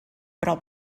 però